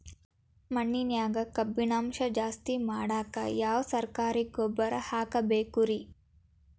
ಮಣ್ಣಿನ್ಯಾಗ ಕಬ್ಬಿಣಾಂಶ ಜಾಸ್ತಿ ಮಾಡಾಕ ಯಾವ ಸರಕಾರಿ ಗೊಬ್ಬರ ಹಾಕಬೇಕು ರಿ?